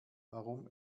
warum